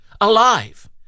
alive